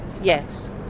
yes